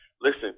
Listen